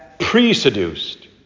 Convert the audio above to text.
pre-seduced